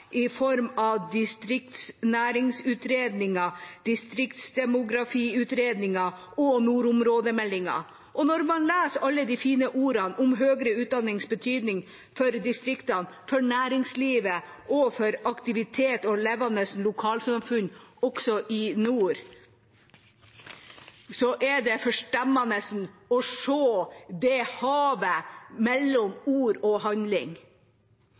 i form av distriktsnæringsutredningen, distriktsdemografiutredningen og nordområdemeldinga. Når man leser alle de fine ordene om høyere utdannings betydning for distriktene, for næringslivet og for aktivitet og levende lokalsamfunn også i nord, er det forstemmende å se havet mellom ord og handling.